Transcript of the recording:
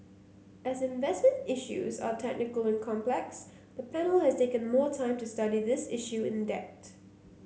as investment issues are technical and complex the panel has taken more time to study this issue in depth